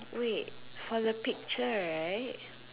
wait for the picture right